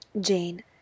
Jane